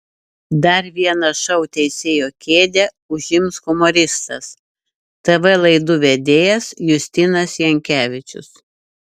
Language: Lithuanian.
dar vieną šou teisėjo kėdę užims humoristas tv laidų vedėjas justinas jankevičius